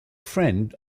friend